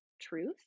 truth